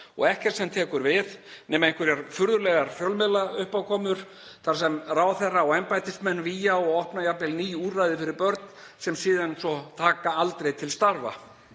og ekkert sem tekur við nema einhverjar furðulegar fjölmiðlauppákomur þar sem ráðherra og embættismenn vígja og opna jafnvel ný úrræði fyrir börn sem síðan taka svo aldrei til starfa.